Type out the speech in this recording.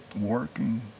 working